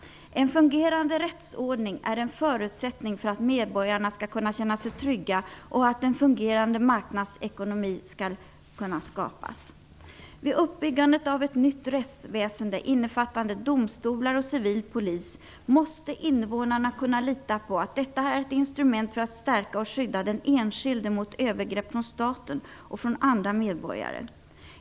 En fungerande rättsordning är en förutsättning för att medborgarna skall kunna känna sig trygga och för att en fungerande marknadsekonomi skall kunna skapas. Vid uppbyggandet av ett nytt rättsväsende innefattande domstolar och civil polis måste invånarna kunna lita på att detta är ett instrument för att stärka och skydda den enskilde mot övergrepp från staten och från andra medborgare.